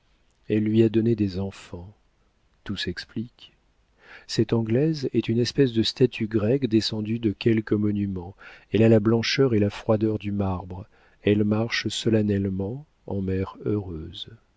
elle lui a donné des enfants tout s'explique cette anglaise est une espèce de statue grecque descendue de quelque monument elle a la blancheur et la froideur du marbre elle marche solennellement en mère heureuse